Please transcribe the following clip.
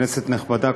כנסת נכבדה,